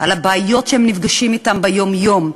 על הבעיות שהם נפגשים אתן ביום-יום,